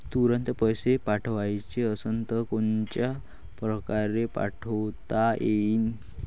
तुरंत पैसे पाठवाचे असन तर कोनच्या परकारे पाठोता येईन?